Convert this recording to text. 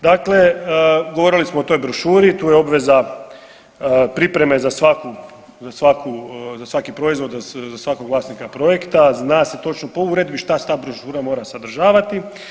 Dakle, govorili smo o toj brošuri, to je obveza pripreme za svaki proizvod, za svakog vlasnika projekta, zna se točno po uredbi šta ta brošura mora sadržavati.